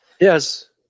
Yes